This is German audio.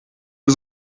wir